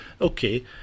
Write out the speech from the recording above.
okay